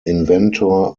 inventor